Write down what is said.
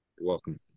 welcome